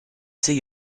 see